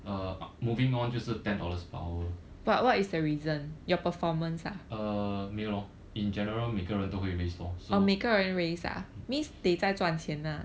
uh moving on 就是 ten dollars per hour uh 没有 lor in general 每个人都会 raise lor so